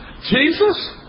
Jesus